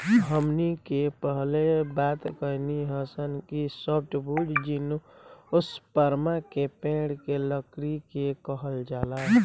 हमनी के पहिले बात कईनी हासन कि सॉफ्टवुड जिम्नोस्पर्म के पेड़ के लकड़ी के कहल जाला